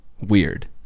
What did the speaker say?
weird